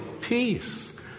peace